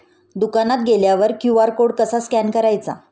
दुकानात गेल्यावर QR code कसा स्कॅन करायचा?